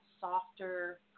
softer